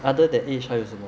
other than age 还有什么